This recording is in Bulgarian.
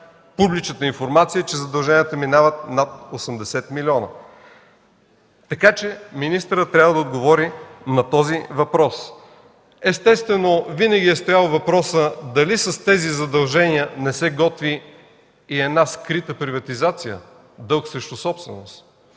Публичната информация за някои от тях е, че задълженията минават над 80 милиона. Така че министърът трябва да отговори на този въпрос. Естествено винаги е стоял въпросът: дали с тези задължения не се готви и една скрита приватизация – дълг срещу собственост?